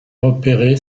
repéré